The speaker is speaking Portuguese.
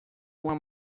uma